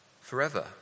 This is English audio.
forever